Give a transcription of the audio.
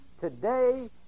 today